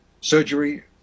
surgery